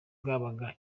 bwabaga